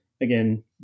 again